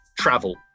travel